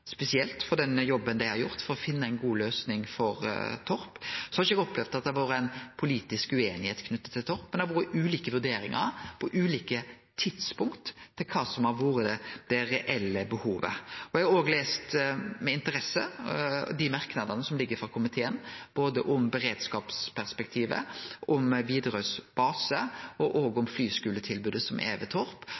spesielt for den jobben dei har gjort for å finne ei god løysing for Torp. Eg har ikkje opplevd at det har vore politisk ueinigheit knytt til Torp, men det har vore ulike vurderingar på ulike tidspunkt av kva som har vore det reelle behovet. Eg har òg lest med interesse merknadene frå komiteen, både om beredskapsperspektivet, om Widerøes base og om flyskuletilbodet som er ved Torp.